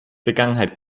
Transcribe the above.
vergangenheit